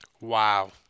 Wow